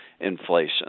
inflation